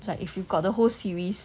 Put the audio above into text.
like if you've got the whole series